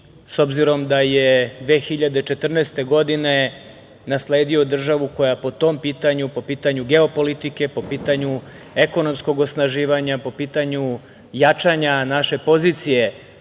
s obzirom da je 2014. godine nasledio državu koja po tom pitanju, po pitanju geopolitike, po pitanju ekonomskog osnaživanja, po pitanju jačanja naše pozicije